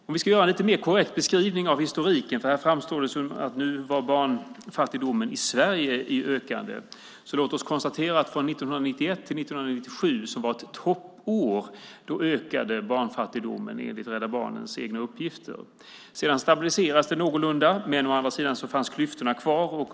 Om vi ska göra en lite mer korrekt beskrivning av historiken - här framstår det som att barnfattigdomen i Sverige är i ökande - låt oss konstatera att från 1991 till 1997 som var ett toppår ökade barnfattigdomen enligt Rädda Barnens egna uppgifter. Sedan stabiliserades det någorlunda, men klyftorna fanns kvar.